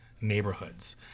neighborhoods